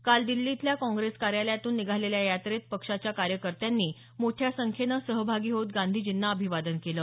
काल दिल्ली इथल्या काँग्रेस कार्यालयातून निघालेल्या या यात्रेत पक्षाच्या कार्यकर्त्यांनी मोठ्या संख्येनं सहभागी होत गांधीजींना अभिवादन केलं